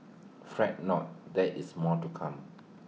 fret not there is more to come